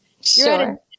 Sure